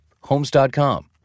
Homes.com